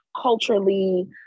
culturally